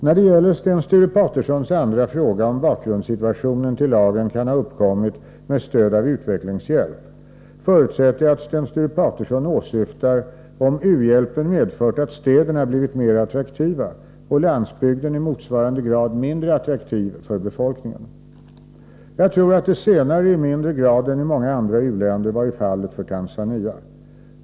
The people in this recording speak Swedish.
När det gäller Sten Sture Patersons andra fråga, om bakgrundssituationen till lagen kan ha uppkommit med stöd av utvecklingshjälp, förutsätter jag att Sten Sture Paterson åsyftar om u-hjälpen medfört att städerna blivit mer attraktiva och landsbygden i motsvarande grad mindre attraktiv för befolkningen. Jag tror att det senare i mindre grad än i många andra u-länder varit fallet för Tanzania.